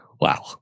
Wow